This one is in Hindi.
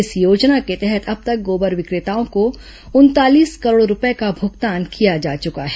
इस योजना के तहत अब तक गोबर विक्रेताओं को उनतालीस करोड़ रूपये का भुगतान किया जा चुका है